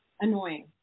annoying